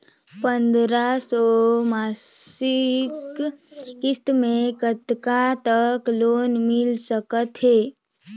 पंद्रह सौ मासिक किस्त मे कतका तक लोन मिल सकत हे?